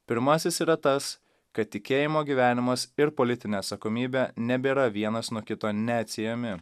pirmasis yra tas kad tikėjimo gyvenimas ir politinė atsakomybė nebėra vienas nuo kito neatsiejami